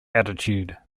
attitude